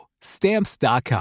Stamps.com